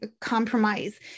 compromise